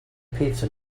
pizza